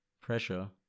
pressure